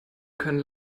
können